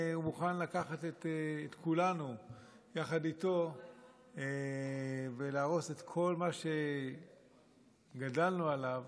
הוא מוכן לקחת את כולנו יחד איתו ולהרוס את כל מה שגדלנו עליו